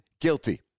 guilty